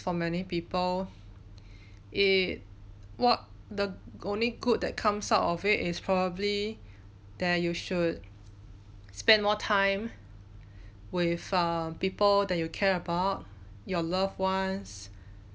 for many people it what the only good that comes out of it is probably that you should spend more time with um people that you care about your loved ones